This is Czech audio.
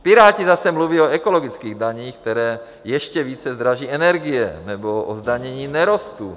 Piráti zase mluví o ekologických daních, které ještě více zdraží energie, nebo o zdanění nerostů.